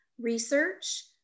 research